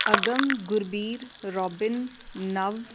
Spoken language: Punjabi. ਅਗਮ ਗੁਰਬੀਰ ਰੋਬਿਨ ਨਵ